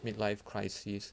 mid life crisis